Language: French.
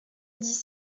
dix